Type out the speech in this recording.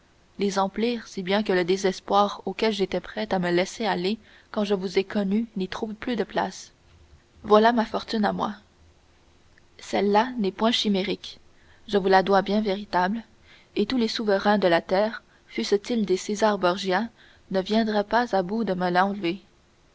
les emplir si bien que le désespoir auquel j'étais prêt à me laisser aller quand je vous ai connu n'y trouve plus de place voilà ma fortune à moi celle-là n'est point chimérique je vous la dois bien véritable et tous les souverains de la terre fussent-ils des césar borgia ne viendraient pas à bout de me